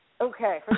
Okay